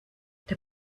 der